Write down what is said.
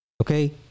Okay